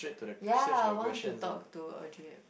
ya I want to talk to Audrey-Hepburn